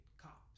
cops